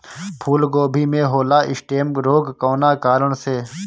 फूलगोभी में होला स्टेम रोग कौना कारण से?